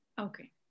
Okay